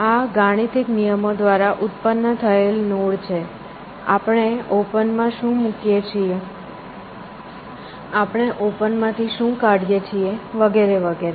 આ ગાણિતીક નિયમો દ્વારા ઉત્પન્ન થયેલ નોડ છે આપણે ઓપન માં શું મૂકીએ છીએ આપણે ઓપન માંથી શું કાઢીએ છીએ વગેરે વગેરે